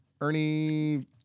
Ernie